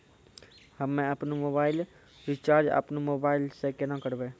हम्मे आपनौ mobile recharge आपनौ मोबाइल से केना करवै?